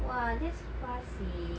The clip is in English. !wah! that's fast seh